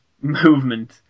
movement